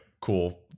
cool